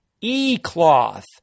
E-Cloth